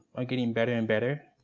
are getting better and better,